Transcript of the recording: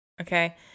Okay